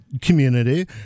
community